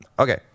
Okay